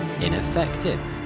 ineffective